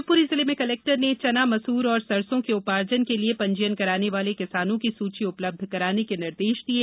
शिवपुरी जिले में कलेक्टर ने चनामसूर और सरसों के उपार्जन के लिए पंजीयन कराने वाले किसानों की सूची उपलब्ध कराने के निर्देश दिये